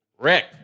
Rick